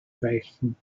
reichen